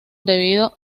debido